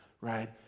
Right